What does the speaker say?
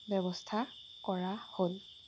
ব্যৱস্থা কৰা হ'ল